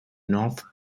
north